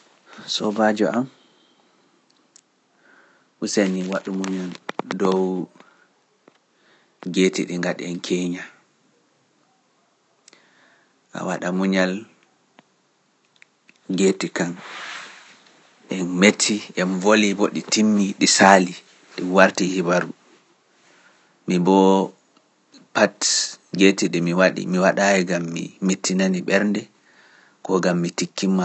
Sobaajo am, useni waɗu muñal dow geeti ɗi ngaɗi en keeña. A waɗa muñal geeti kan, en metti, en voli boɗi timmi, ɗi saali, ɗi warti hiwaru. Mi boo pat geeti ɗi mi waɗi, mi waɗaayi gam mi mittinani ɓernde, ko gam mi tikkima.